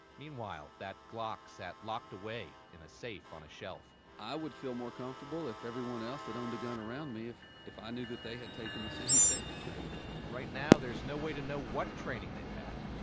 meanwhile, that glock sat locked away, in a safe on a shelf i would feel more comfortable if everyone else that owned a gun around me, if if i knew that they had taken the same safety training, he says right now, there's no way to know what training they've had.